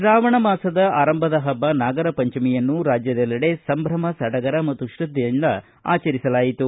ಶಾವಣ ಮಾಸದ ಆರಂಭದ ಹಬ್ಬ ನಾಗರ ಪಂಚಮಿಯನ್ನು ರಾಜ್ಯದಲ್ಲೆಡೆ ಸಂಭ್ರಮ ಸಡಗರ ಮತ್ತು ಶ್ರದ್ದೆಯಿಂದ ಆಚರಿಸಲಾಯಿತು